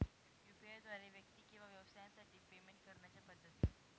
UPI द्वारे व्यक्ती किंवा व्यवसायांसाठी पेमेंट करण्याच्या पद्धती